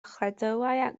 chredoau